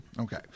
Okay